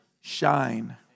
Shine